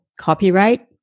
copyright